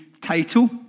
title